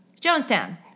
Jonestown